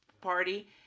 Party